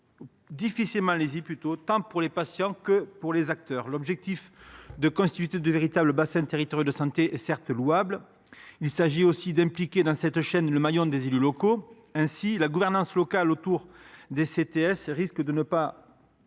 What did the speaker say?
difficilement lisible tant par les patients que par les acteurs. L’objectif de constituer de véritables bassins territoriaux de santé est louable, mais il s’agit aussi d’impliquer dans cette chaîne le maillon des élus locaux. Ainsi, la gouvernance locale autour des CTS risque de ne pas